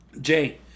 Jay